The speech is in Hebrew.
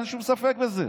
אין שום ספק בזה.